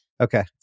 Okay